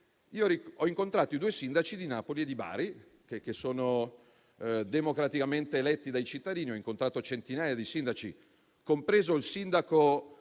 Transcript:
Ho incontrato i due sindaci di Napoli e di Bari, che sono democraticamente eletti dai cittadini; ho incontrato centinaia di sindaci, compreso quello